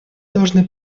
должны